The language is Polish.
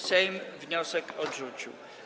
Sejm wniosek odrzucił.